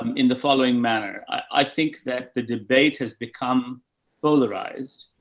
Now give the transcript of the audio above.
um in the following manner. i think that the debate has become polarized,